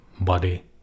body